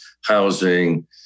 housing